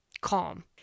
calm